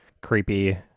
creepy